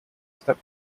step